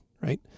Right